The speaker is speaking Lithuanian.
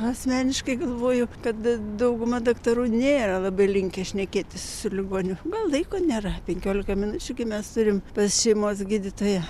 asmeniškai galvoju kad dauguma daktarų nėra labai linkę šnekėtis su ligoniu laiko nėra penkiolika minučių gi mes turim pas šeimos gydytoją